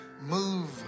Move